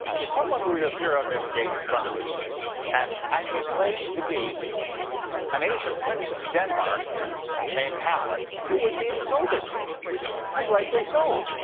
if someone were to appear on this stage in front of me and actually claim to be an ancient prince of denmark named hamlet, you would be insulted and rightly so.